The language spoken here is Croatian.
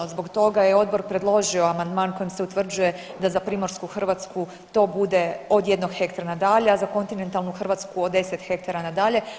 Zbog toga je odbor predložio amandman kojim se utvrđuje da za primorsku Hrvatsku to bude od jednog hektra nadalje, a za kontinentalnu Hrvatsku od 10 hektara nadalje.